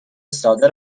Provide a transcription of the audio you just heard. ساده